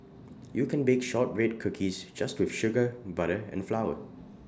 you can bake Shortbread Cookies just with sugar butter and flour